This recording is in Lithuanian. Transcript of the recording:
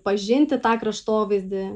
pažinti tą kraštovaizdį